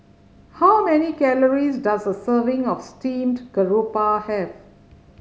how many calories does a serving of steamed garoupa have